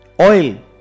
Oil